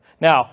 now